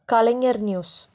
Kalaignar news